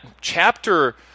chapter